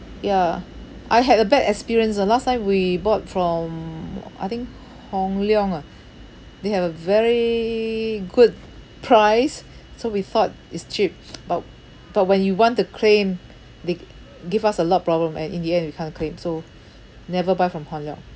ya I had a bad experience ah last time we bought from I think Hong Leong ah they have a very good price so we thought it's cheap but but when you want to claim they gave us a lot of problem and in the end we can't claim so never buy from Hong Leong